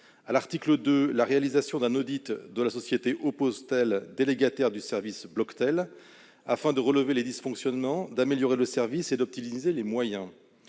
l'article 2, la réalisation d'un audit de la société Opposetel, délégataire du service Bloctel, afin de relever les dysfonctionnements, d'améliorer le service et d'optimiser les moyens